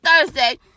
Thursday